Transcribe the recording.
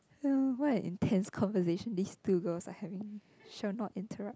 ya what an intense conversation these two girls are having should not interrupt